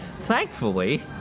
Thankfully